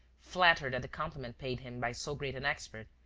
flattered at the compliment paid him by so great an expert.